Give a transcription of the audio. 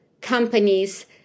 companies